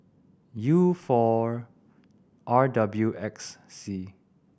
U four R W X C